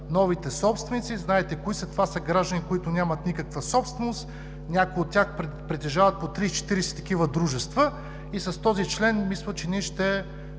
новите собственици, знаете кои са – това са граждани, които нямат никаква собственост, някои от тях притежават по 30 – 40 такива дружества, и с този член мисля, че ние ще